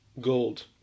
gold